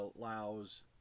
allows